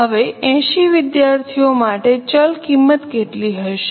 હવે 80 વિદ્યાર્થીઓ માટે ચલ કિંમત કેટલી હશે